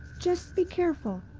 just be careful!